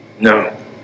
No